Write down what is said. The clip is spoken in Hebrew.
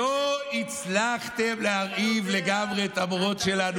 לילדים שלך לא מגיעה רווחה, תאמר את זה.